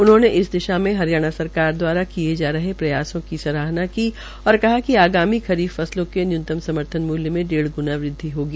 उन्होंने इस दिशा में हरियाणा सरकार द्वारा किये जा रहे प्रयायों की सराहना की और कहा कि आगामी खरीफ फसलों के न्यूनतम समर्थन मूल्य में डेढ़ ग्णा बढ़ोतरी होगी